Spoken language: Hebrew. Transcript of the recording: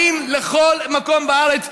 באים לכל מקום בארץ.